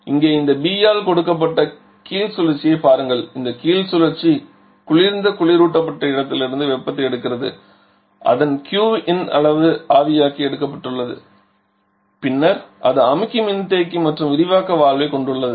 இங்கே இந்த B ஆல் கொடுக்கப்பட்ட கீழ் சுழற்சியைப் பாருங்கள் இந்த கீழ் சுழற்சி குளிர்ந்த குளிரூட்டப்பட்ட இடத்திலிருந்து வெப்பத்தை எடுக்கிறது அதன் Qin அளவு ஆவியாக்கி எடுக்கப்பட்டுள்ளது பின்னர் அது அமுக்கி மின்தேக்கி மற்றும் விரிவாக்க வால்வைக் கொண்டுள்ளது